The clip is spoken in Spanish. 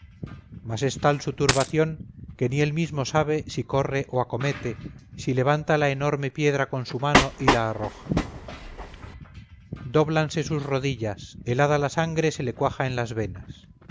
mas es tal su turbación que ni él mismo sabe si corre o acomete si levanta la enorme piedra con su mano y la arroja dóblanse sus rodillas helada la sangre se le cuaja en las venas